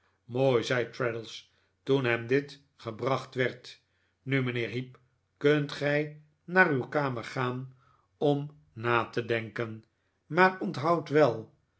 mooi zei traddles toen hem dit gebracht werd nu mijnheer heep kunt gij naar uw kamer gaan om na te denken maar onthoud wel